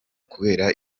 kubera